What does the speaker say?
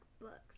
books